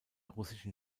russischen